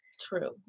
True